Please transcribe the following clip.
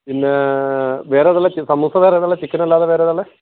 പിന്നെ വേറെ എതാണ് ഉള്ളത് സമോസ വേറെ എതാണ് ഉള്ളത് ചിക്കൻ അല്ലാതെ വേറെ ഏതാണ് ഉള്ളത്